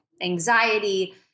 anxiety